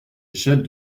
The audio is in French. échelles